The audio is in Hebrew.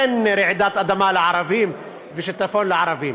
אין רעידת אדמה לערבים ושיטפון לערבים.